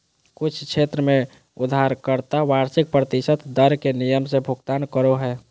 कुछ क्षेत्र में उधारकर्ता वार्षिक प्रतिशत दर के नियम से भुगतान करो हय